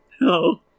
No